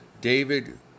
David